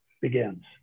begins